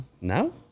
No